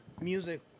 music